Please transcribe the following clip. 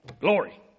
Glory